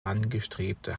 angestrebte